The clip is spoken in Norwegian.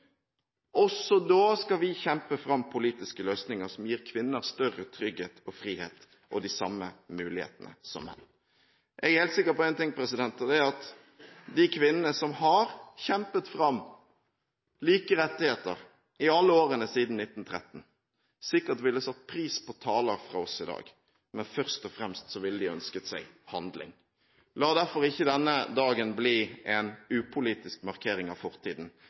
også da skal vi kjempe fram politiske løsninger som gir kvinner større trygghet og frihet, og de samme mulighetene som menn. Jeg er helt sikker på én ting, og det er at de kvinnene som har kjempet fram like rettigheter i alle årene siden 1913, sikkert ville satt pris på taler fra oss i dag, men først og fremst ville de ønsket seg handling. La derfor ikke denne dagen bli en upolitisk markering av fortiden,